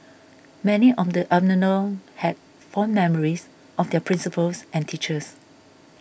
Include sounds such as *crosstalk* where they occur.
many on the *unintelligible* had fond memories of their principals and teachers